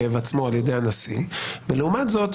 אצל יריב לוין כתוב: רשאי הוא לדחותה,